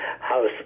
House